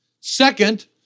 Second